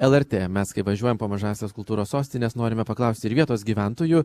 lrt mes kai važiuojam pro mažąsias kultūros sostines norime paklausti ir vietos gyventojų